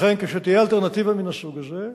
לכן, כשתהיה אלטרנטיבה מן הסוג הזה,